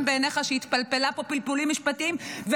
בעיניך שהיא התפלפלה פה פלפולים משפטיים,